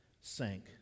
sank